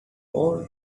all